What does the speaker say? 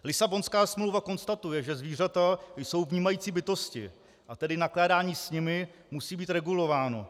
Lisabonská smlouva konstatuje, že zvířata jsou vnímající bytosti a tedy nakládání s nimi musí být regulováno.